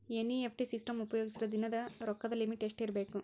NEFT system ಉಪಯೋಗಿಸಿದರ ದಿನದ ರೊಕ್ಕದ ಲಿಮಿಟ್ ಎಷ್ಟ ಇರಬೇಕು?